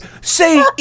say